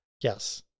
Yes